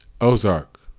ozark